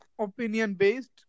opinion-based